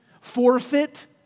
forfeit